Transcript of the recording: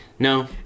No